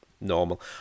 normal